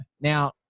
Now